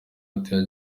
martin